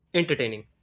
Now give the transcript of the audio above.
entertaining